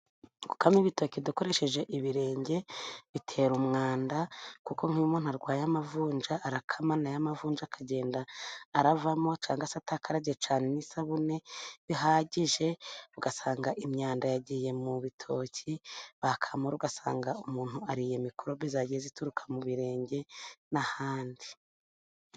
Gukama ibitoki dukoresheje ibirenge bitera umwanda, kuko nk'iyo umuntu akamye arwaye amavunja, arakama ya mavunja akagenda aravamo, cyangwa se atakarabye cyane n'isabune bihagije, ugasanga imyanda yagiye mu bitoki, bakamura ugasanga umuntu ariye mikorobe zagiye zituruka mu birenge n'ahandi.